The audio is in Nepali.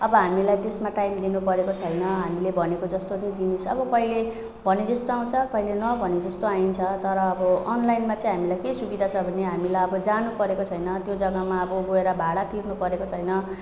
अब हामीलाई त्यसमा टाइम दिनुपरेको छैन हामीले भनेको जस्तो नि जिनिस अब कहिले भने जस्तो आउँछ कहिले नभने जस्तो आइन्छ तर अब अनलाइनमा चाहिँ हामीलाई के सुविधा छ भने हामीलाई अब जानुपरेको छैन त्यो जग्गामा अब गएर अब भाडा तिर्नुपरेको छैन